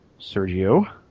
Sergio